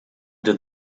did